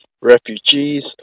refugees